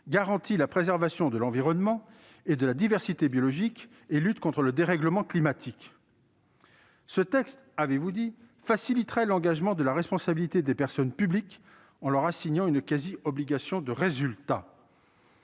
garantit la préservation de l'environnement et de la diversité biologique et lutte contre le dérèglement climatique ». Ce texte, avez-vous dit, faciliterait l'engagement de la responsabilité des personnes publiques en leur assignant une « quasi-obligation de résultat